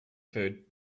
food